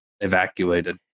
evacuated